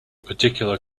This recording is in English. particular